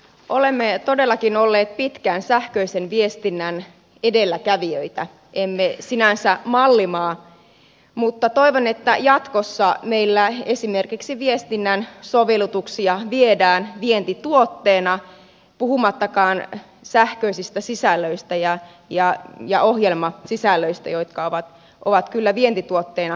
olemme todellakin olleet pitkään sähköisen viestinnän edelläkävijöitä emme sinänsä mallimaa mutta toivon että jatkossa meillä esimerkiksi viestinnän sovellutuksia viedään vientituotteena puhumattakaan sähköisistä sisällöistä ja ohjelmasisällöistä jotka ovat kyllä vientituotteena parhaimmillaan